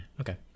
okay